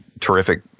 terrific